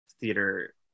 theater